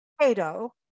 potato